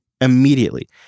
immediately